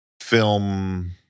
film